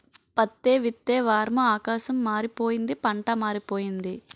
పత్తే విత్తే వారము ఆకాశం మారిపోయింది పంటా మారిపోయింది